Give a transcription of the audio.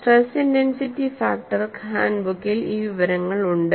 stress intensity factor hand ബുക്കിൽ ഈ വിവരങ്ങൾ ഉണ്ട്